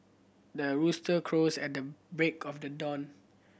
the rooster crows at the break of the dawn